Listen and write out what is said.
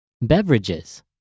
Beverages